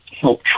help